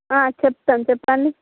చెప్తాం చెప్పండి